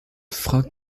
fragt